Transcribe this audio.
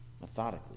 methodically